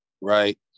Right